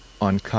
on